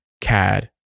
cad